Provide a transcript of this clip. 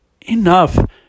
enough